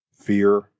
fear